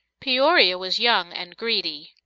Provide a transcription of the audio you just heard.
peoria was young and greedy,